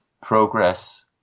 progress